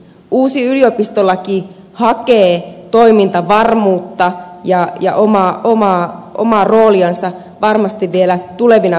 uusi yliopistolaki hakee toimintavarmuutta ja omaa rooliansa varmasti vielä tulevina vuosina